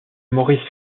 maurice